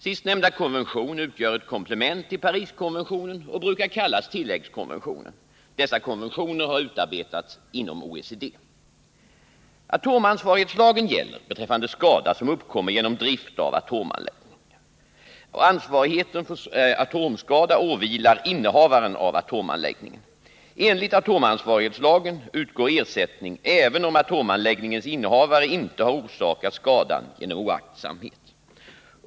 Sistnämnda konvention utgör ett komplement till Pariskonventionen och brukar kallas tilläggskonventionen. Dessa konventioner har utarbetats inom OECD. Atomansvarighetslagen gäller beträffande skada som uppkommer genom drift av atomanläggningar. Ansvarigheten för atomskada åvilar innehavaren av atomanläggningen. Enligt atomansvarighetslagen utgår ersättning även om atomanläggningens innehavare inte har orsakat skadan genom oaktsamhet.